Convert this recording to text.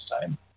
time